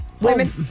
Women